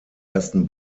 ersten